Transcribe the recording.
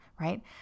right